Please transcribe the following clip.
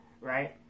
right